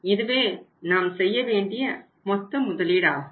இதுவே நாம் செய்ய வேண்டிய மொத்த முதலீடாகும்